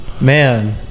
man